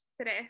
today